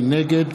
נגד